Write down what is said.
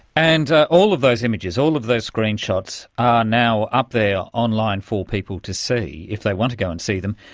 and ah all of those images, all of those screenshots are now up there online for people to see if they want to go and see them.